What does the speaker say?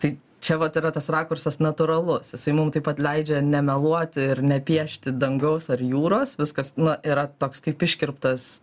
tai čia vat yra tas rakursas natūralus jisai mum taip pat leidžia nemeluoti ir nepiešti dangaus ar jūros viskas na yra toks kaip iškirptas